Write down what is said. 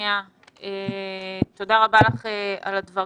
תודה רבה לך על הדברים.